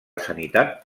sanitat